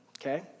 okay